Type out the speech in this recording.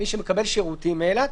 מי שמקבל שירותים מאילת.